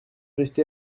resté